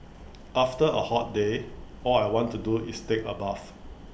after A hot day all I want to do is take A bath